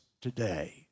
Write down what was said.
today